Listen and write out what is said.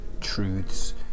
truths